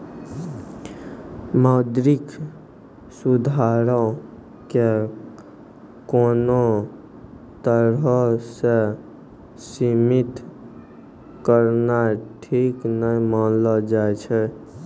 मौद्रिक सुधारो के कोनो तरहो से सीमित करनाय ठीक नै मानलो जाय छै